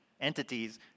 entities